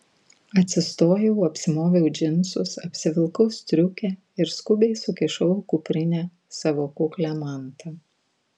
atsistojau apsimoviau džinsus apsivilkau striukę ir skubiai sukišau į kuprinę savo kuklią mantą